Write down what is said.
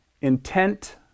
intent